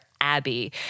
Abby